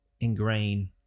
ingrain